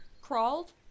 Crawled